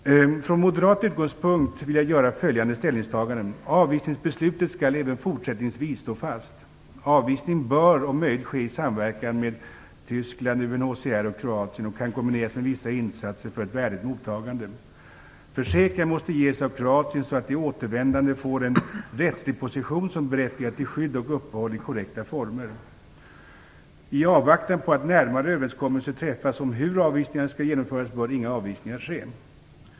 Från moderat utgångspunkt vill jag göra följande ställningstagande. Avvisningsbeslutet skall även fortsättningsvis stå fast. Avvisning bör om möjligt ske i samverkan med Tyskland, UNHCR och Kroatien och kan kombineras med vissa insatser för ett värdigt mottagande. Försäkring måste ges av Kroatien att återvändande får en rättslig position som berättigar till skydd och uppehåll i korrekta former. I avvaktan på att närmare överenskommelser träffas om hur avvisningarna skall genomföras bör inga avvisningar ske.